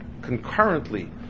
concurrently